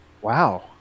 wow